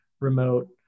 remote